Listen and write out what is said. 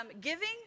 Giving